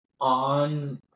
on